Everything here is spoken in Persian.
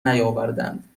نیاوردند